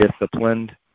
disciplined